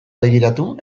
begiratu